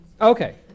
Okay